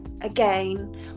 again